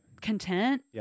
content